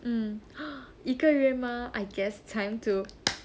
mm 一个月吗 I guess time to